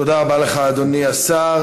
תודה רבה לך, אדוני השר.